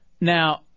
Now